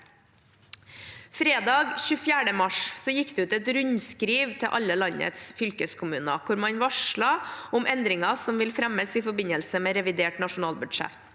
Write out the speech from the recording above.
Fredag 24. mars gikk det ut et rundskriv til alle landets fylkeskommuner hvor man varslet om endringer som vil fremmes i forbindelse med revidert nasjonalbudsjett.